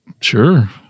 sure